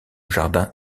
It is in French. jardin